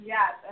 Yes